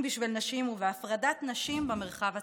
בשביל נשים ובהפרדת נשים במרחב הציבורי.